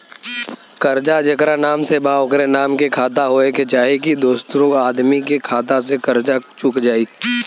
कर्जा जेकरा नाम से बा ओकरे नाम के खाता होए के चाही की दोस्रो आदमी के खाता से कर्जा चुक जाइ?